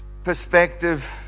Perspective